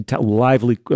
lively